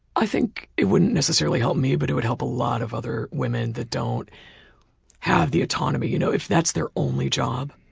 i think it wouldn't necessarily help me but it would help a lot of other women that don't have the autonomy. you know, if that's their only job,